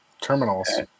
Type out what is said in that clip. Terminals